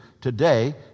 today